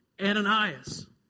Ananias